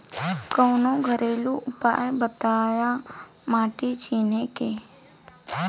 कवनो घरेलू उपाय बताया माटी चिन्हे के?